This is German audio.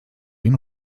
den